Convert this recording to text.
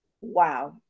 wow